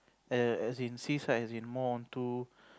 err as in seaside as in more onto